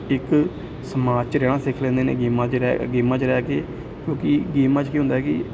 ਇੱਕ ਸਮਾਜ 'ਚ ਰਹਿਣਾ ਸਿੱਖ ਲੈਂਦੇ ਨੇ ਗੇਮਾਂ 'ਚ ਰਹਿ ਗੇਮਾਂ 'ਚ ਰਹਿ ਕੇ ਕਿਉੰਕਿ ਗੇਮਾਂ 'ਚ ਕੀ ਹੁੰਦਾ ਕਿ